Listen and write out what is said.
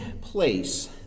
place